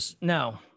No